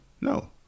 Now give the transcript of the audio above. No